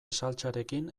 saltsarekin